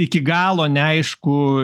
iki galo neaišku